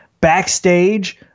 Backstage